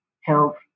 health